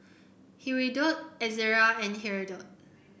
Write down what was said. Hirudoid Ezerra and Hirudoid